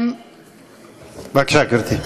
בבקשה, גברתי.